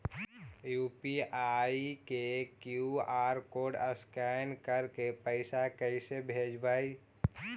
UPI के QR code scan करके पैसा कैसे भेजबइ?